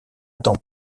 temps